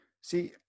See